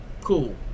Cool